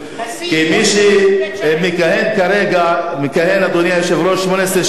מי שמכהן כרגע, מכהן, אדוני היושב-ראש, 18 שנה,